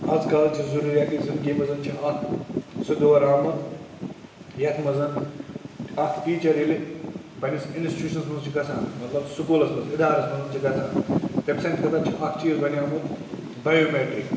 اَزکَل چھِ ضروٗریاتِ زِنٛدگی منٛز چھِ اَکھ سُہ دور آمُت یَتھ منٛز اَکھ ٹیٖچَر ییٚلہِ پَنٕنِس اِنسچوٗشنَس منٛز چھِ گژھان مطلب سکوٗلَس منٛز اِدارَس منٛز چھِ گژھان تٔمۍ سٕنٛدِ خٲطرٕ چھُ اَکھ چیٖز بَنیٛومُت بَیومیٹرِک